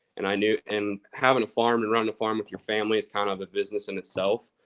and i knew and having a farm and running a farm with your family is kind of a business in itself.